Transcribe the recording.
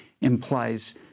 implies